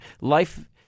life